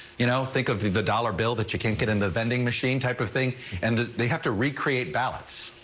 you know think of it the dollar bill that you can get in the vending machine type of thing and they have to recreate ballots.